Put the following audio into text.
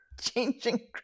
Changing